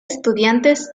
estudiantes